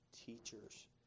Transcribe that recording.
teachers